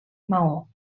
maó